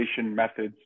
methods